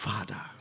Father